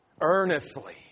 earnestly